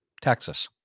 Texas